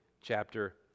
chapter